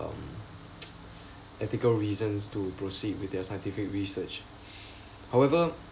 um ethical reasons to proceed with their scientific research however